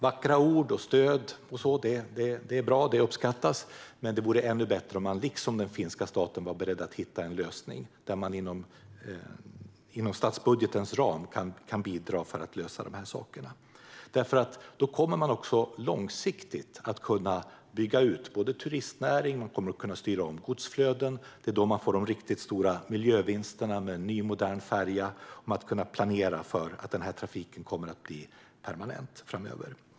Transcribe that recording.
Vackra ord och stöd är bra och uppskattas, men det vore ännu bättre om man, liksom den finska staten, var beredd att inom statsbudgetens ram bidra till att lösa detta. Då kommer man långsiktigt att kunna både bygga ut turistnäring och styra om godsflöden. Det är då man får de riktigt stora miljövinsterna med en ny modern färja och kan planera för att den här trafiken kommer att bli permanent framöver.